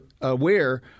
aware